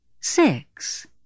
Six